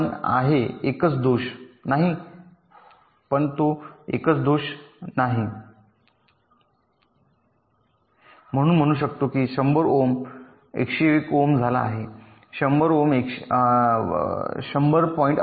पण आहे एकच दोष नाही मी म्हणू शकतो की 100 ओम 101 ओम झाला आहे 100 ओम 100